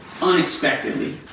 unexpectedly